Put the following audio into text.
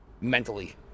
mentally